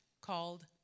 called